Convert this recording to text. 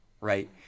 right